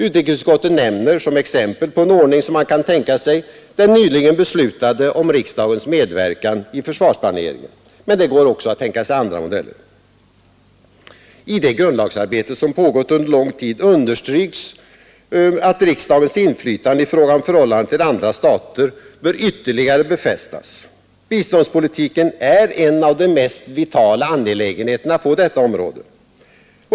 Utrikesutskottet nämner som exempel på en ordning som man kan tänka sig den nyligen beslutade om riksdagens medverkan i försvarsplaneringen. Men det går också att tänka sig andra modeller. I det grundlagsarbete som pågått under lång tid understryks att riksdagens inflytande i fråga om förhållandet till andra stater bör ytterligare befästas. Biståndspolitiken är en av de mest vitala angelägenheterna på detta område.